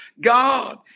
God